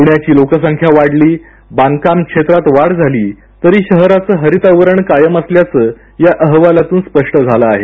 पृण्याची लोकसंख्या वाढली बांधकाम क्षेत्रात वाढ झाली तरी शहराचं हरित आवरण कायम असल्याचं या अहवालातून स्पष्ट झालं आहे